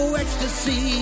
ecstasy